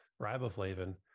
riboflavin